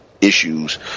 issues